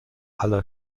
aller